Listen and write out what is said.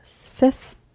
fifth